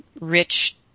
rich